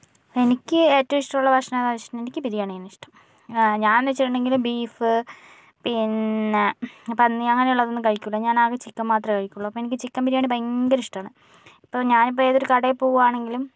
എനിക്ക് ഏറ്റവും ഇഷ്ടമുള്ള ഭക്ഷണം എന്ന് വെച്ചിട്ടുണ്ടെങ്കിൽ എനിക്ക് ബിരിയാണിയാണ് ഇഷ്ടം ഞാൻ എന്ന് വെച്ചിട്ടുണ്ടെങ്കില് ബീഫ് പിന്നെ പന്നി അങ്ങനെയുള്ളതൊന്നും കഴിക്കൂല്ല ഞാൻ ആകെ ചിക്കൻ മാത്രമേ കഴിക്കൂകയുള്ളു അപ്പോൾ എനിക്ക് ചിക്കൻ ബിരിയാണി ഭയങ്കര ഇഷ്ടമാണ് ഇപ്പോൾ ഞാനിപ്പോൾ ഏതൊരു കടയിൽ പോവുകയാണെങ്കിലും